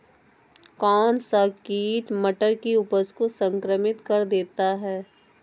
कौन सा कीट मटर की उपज को संक्रमित कर देता है?